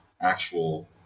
actual